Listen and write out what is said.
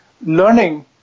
Learning